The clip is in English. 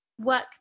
work